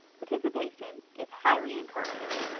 participation is highly encouraged.